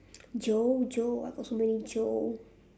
joe joe why got so many joe